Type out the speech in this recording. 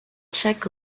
chaque